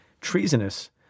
treasonous